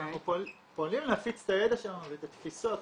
אנחנו פועלים להפיץ את הידע שלנו ואת התפיסות